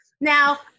Now